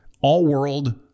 all-world